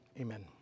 Amen